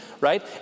right